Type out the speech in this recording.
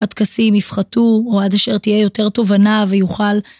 הטקסים יפחתו או עד אשר תהיה יותר תובנה ויוכל